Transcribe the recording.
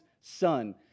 son